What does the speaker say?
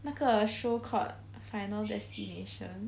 那个 show called final destination